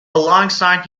alongside